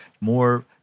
more